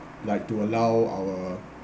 like to allow our